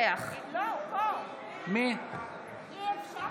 (קוראת בשמות חברי הכנסת) סמי אבו שחאדה,